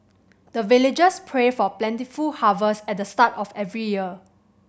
the villagers pray for plentiful harvest at the start of every year